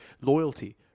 loyalty